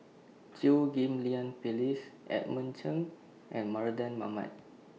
Chew Ghim Lian Phyllis Edmund Chen and Mardan Mamat